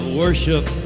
worship